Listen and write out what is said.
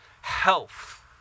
health